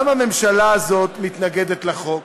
למה הממשלה הזאת מתנגדת לחוק?